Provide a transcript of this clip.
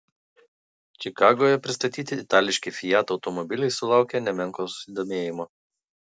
čikagoje pristatyti itališki fiat automobiliai sulaukė nemenko susidomėjimo